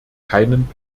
keinen